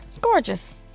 Gorgeous